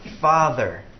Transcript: Father